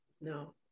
No